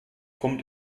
kommt